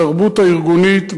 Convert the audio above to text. בתרבות הארגונית,